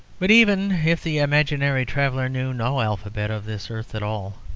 but even if the imaginary traveller knew no alphabet of this earth at all,